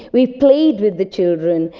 we played with the children,